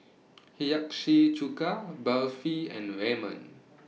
Hiyashi Chuka Barfi and Ramen